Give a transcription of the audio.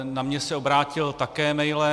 Na mě se obrátil také mailem.